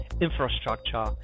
infrastructure